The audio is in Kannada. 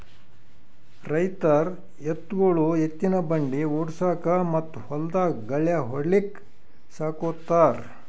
ರೈತರ್ ಎತ್ತ್ಗೊಳು ಎತ್ತಿನ್ ಬಂಡಿ ಓಡ್ಸುಕಾ ಮತ್ತ್ ಹೊಲ್ದಾಗ್ ಗಳ್ಯಾ ಹೊಡ್ಲಿಕ್ ಸಾಕೋತಾರ್